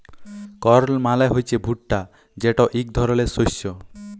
কর্ল মালে হছে ভুট্টা যেট ইক ধরলের শস্য